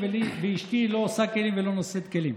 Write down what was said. ואשתי לא עושה כלים ולא נושאת כלים.